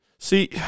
See